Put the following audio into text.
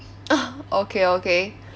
okay okay